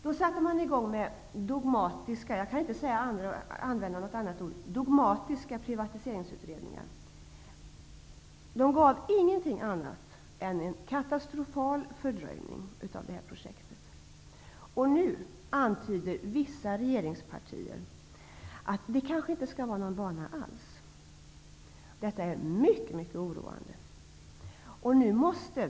Då satte man i gång med dogmatiska -- jag kan inte använda något annat ord -- privatiseringsutredningar. Dessa resulterade inte i något annat än en katastrofal fördröjning av det här projektet. Nu antyder vissa regeringspartier att det kanske inte skall vara någon bana alls. Detta är mycket mycket oroande.